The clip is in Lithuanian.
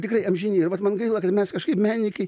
tikrai amžini ir vat man gaila kad mes kažkaip menininkai